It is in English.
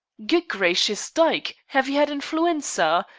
good gracious, dyke! have you had influenza?